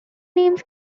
names